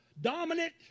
Dominant